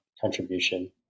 contribution